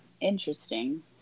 Interesting